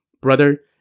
Brother